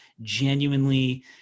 genuinely